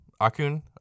akun